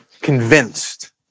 convinced